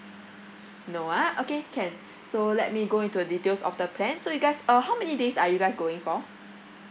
no ah okay can so let me go into the details of the plan so you guys uh how many days are you guys going for